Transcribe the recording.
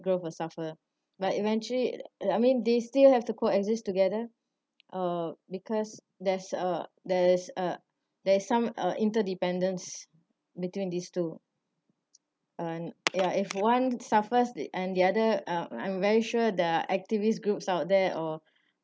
growth will suffer but eventually I mean they still have to coexist together uh because there's a there's a there's some uh interdependence between these two um ya if one suffers the and the other uh I'm very sure the activist groups out there or